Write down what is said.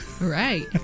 Right